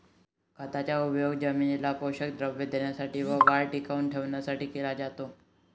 खताचा उपयोग जमिनीला पोषक द्रव्ये देण्यासाठी व वाढ टिकवून ठेवण्यासाठी केला जातो